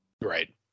Right